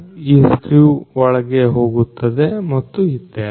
ಈ ಸ್ಕ್ರೀವ್ ಒಳಗೆ ಹೋಗುತ್ತದೆ ಮತ್ತು ಇತ್ಯಾದಿ